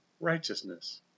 righteousness